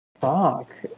Fuck